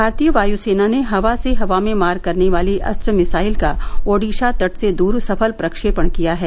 भारतीय वायुसेना ने हवा से हवा में मार करने वाली अस्त्र मिसाइल का ओडिशा तट से दूर सफल प्रक्षेपण किया है